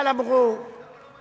למה אדוני לא מגיש את זה?